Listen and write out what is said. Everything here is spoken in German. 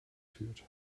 führt